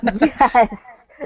Yes